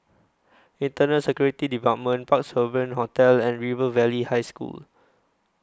Internal Security department Parc Sovereign Hotel and River Valley High School